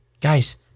guys